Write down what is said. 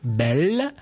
belle